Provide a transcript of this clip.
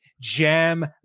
Jam